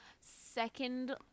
second